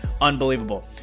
unbelievable